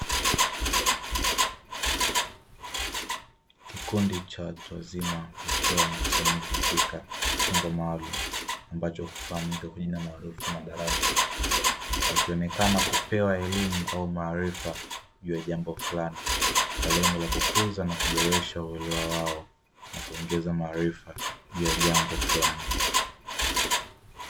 Kikundi cha watu wazima wakiwa wamekusanyika katika chumba maalumu, ambacho hufahamika kwa jina maarufu kama darasa wakionekana kupewa elimu au maarifa ndio jambo fulani kwa lengo la kukuza na kuboresha uliwa wao na kuongeza maarifa juu ya jambo fulani.